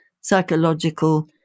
psychological